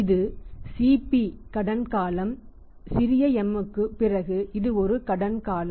இது CP கடன் காலம் m க்குப் பிறகு இது ஒரு கடன் காலம்